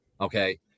okay